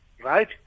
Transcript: right